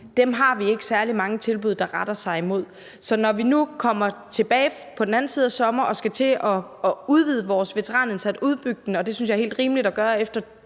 nå, har vi ikke særlig mange tilbud der retter sig imod. Så når vi nu kommer tilbage igen på den anden side af sommeren og skal til at udvide vores veteranindsats, udbygge den – og det synes jeg er helt rimeligt at gøre efter